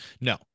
No